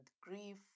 grief